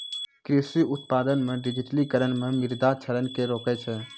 कृषि उत्पादन मे डिजिटिकरण मे मृदा क्षरण के रोकै छै